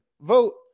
Vote